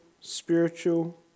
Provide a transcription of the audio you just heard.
spiritual